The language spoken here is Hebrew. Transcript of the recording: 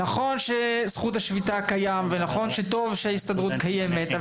נכון שזכות השביתה קיים ונכון שטוב שההסתדרות קיימת,